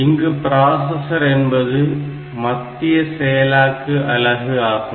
இங்கு ப்ராசசர் என்பது மத்திய செயலாக்க அலகு ஆகும்